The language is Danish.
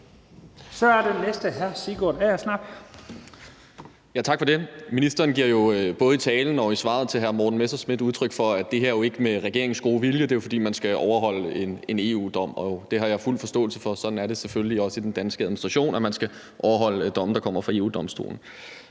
Agersnap. Kl. 15:40 Sigurd Agersnap (SF): Tak for det. Ministeren giver både i talen og i svaret til hr. Morten Messerschmidt udtryk for, at det her ikke er med regeringens gode vilje, men fordi man skal efterleve en EU-dom. Det har jeg fuld forståelse for, og sådan er det selvfølgelig også i den danske administration, altså at man skal efterleve domme, der kommer fra EU-Domstolen.